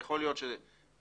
יכול להיות שתחליט